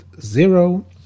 zero